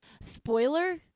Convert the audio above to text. Spoiler